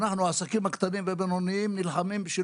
אנחנו העסקים הקטנים והבינוניים נלחמים בשביל